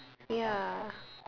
ya